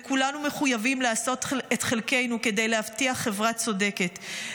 וכולנו מחויבים לעשות את חלקנו כדי להבטיח חברה צודקת,